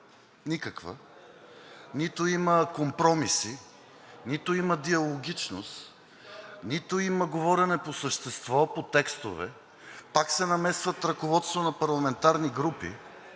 нито има компромиси, нито има диалогичност, нито има говорене по същество по текстове, а се намесват ръководства на парламентарни групи